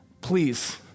please